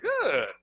Good